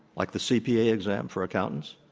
like the cpa exam for accountants.